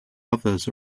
others